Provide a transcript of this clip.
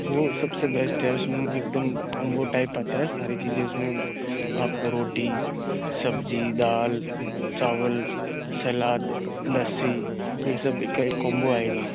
वह सबसे बेस्ट है उसमें एकदम कॉम्बो टाइप आता है सारी चीज़ें उसमें म आपको रोटी सब्ज़ी दाल चावल सलाद लस्सी यह सबका एक कॉम्बो आएगा